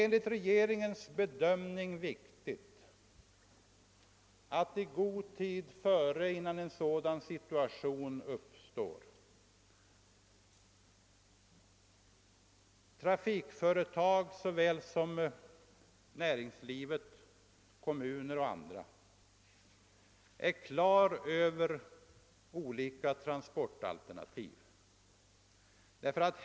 Enligt regeringens bedömning är det viktigt att såväl trafikföretag som näringsliv och kommuner i god tid är på det klara med vilka transportalternativ som finns.